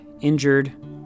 injured